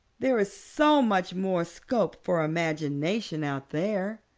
there is so much more scope for imagination out there.